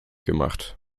gemacht